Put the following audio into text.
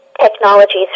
technologies